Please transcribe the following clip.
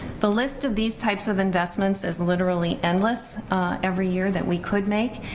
the list of these types of investments is literally endless every year that we could make,